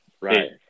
right